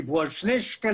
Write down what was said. דיברו על 2 שקלים.